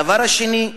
הדבר השני,